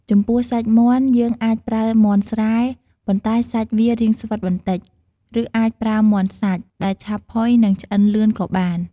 ចំពោះសាច់មាន់ យើងអាចប្រើមាន់ស្រែ ប៉ុន្តែសាច់វារាងស្វិតបន្តិច ឬអាចប្រើមាន់សាច់ ដែលឆាប់ផុយ និងឆ្អិនលឿនក៏បាន។